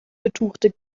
betuchte